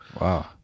Wow